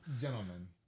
Gentlemen